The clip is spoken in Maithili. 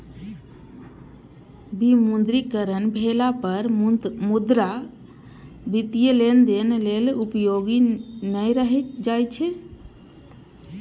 विमुद्रीकरण भेला पर मुद्रा वित्तीय लेनदेन लेल उपयोगी नै रहि जाइ छै